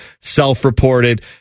self-reported